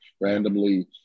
randomly